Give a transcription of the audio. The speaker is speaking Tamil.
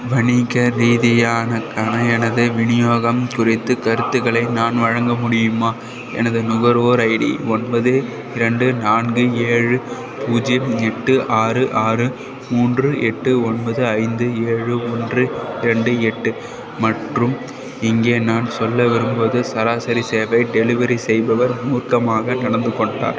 வணிக ரீதியானக்கான எனது விநியோகம் குறித்து கருத்துக்களை நான் வழங்க முடியுமா எனது நுகர்வோர் ஐடி ஒன்பது இரண்டு நான்கு ஏழு பூஜ்ஜியம் எட்டு ஆறு ஆறு மூன்று எட்டு ஒன்பது ஐந்து ஏழு ஒன்று இரண்டு எட்டு மற்றும் இங்கே நான் சொல்ல விரும்புவது சராசரி சேவை டெலிவரி செய்பவர் மூர்க்கமாக நடந்து கொண்டார்